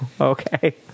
Okay